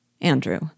Andrew